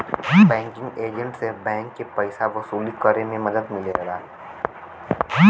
banking agent से bank के पइसा वसूली करे में मदद मिलेला